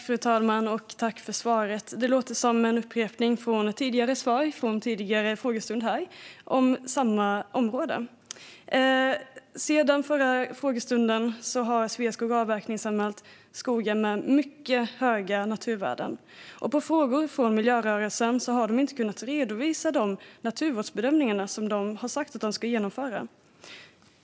Fru talman! Tack, Ibrahim Baylan, för svaret! Det låter som en upprepning av ett tidigare svar på samma område vid en tidigare frågestund här. Sedan förra frågestunden har Sveaskog avverkningsanmält skogar med mycket höga naturvärden. På frågor från miljörörelsen har de inte kunnat redovisa de naturvårdsbedömningar som de har sagt att de ska genomföra.